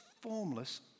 formless